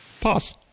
Pause